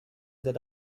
that